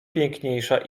piękniejsza